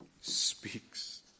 speaks